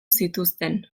zituzten